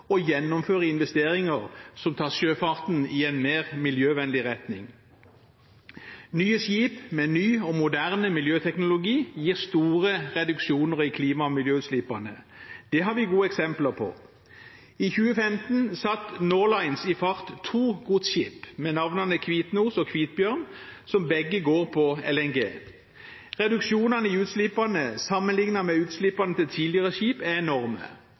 og å gjennomføre investeringer som tar sjøfarten i en mer miljøvennlig retning. Nye skip med ny og moderne miljøteknologi gir store reduksjoner i klima- og miljøutslippene. Det har vi gode eksempler på. I 2015 satte Nor Lines i fart to godsskip, med navnene «Kvitnos» og «Kvitbjørn», som begge går på LNG. Reduksjonen i utslippene sammenlignet med utslippene til tidligere skip er enorme: